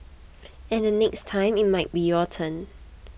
and the next time it might be your turn